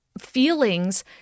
feelings